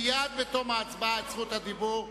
מייד בתום ההצבעה את זכות הדיבור,